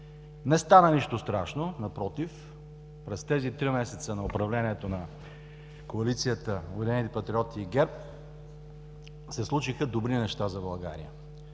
Не стана нищо страшно, напротив, през тези три месеца на управлението на коалицията „Обединени патриоти“ и ГЕРБ се случиха добри неща за България.